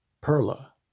Perla